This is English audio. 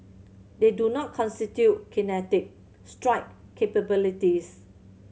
they do not constitute kinetic strike capabilities